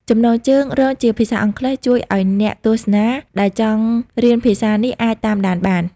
ចំណងជើងរងជាភាសាអង់គ្លេសជួយឱ្យអ្នកទស្សនាដែលចង់រៀនភាសានេះអាចតាមដានបាន។